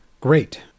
great